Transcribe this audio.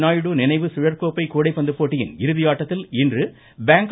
நாயுடு நினைவு சுழற்கோப்பை கூடைப்பந்து போட்டியின் இறுதி ஆட்டத்தில் இன்று பேங்க் ஆ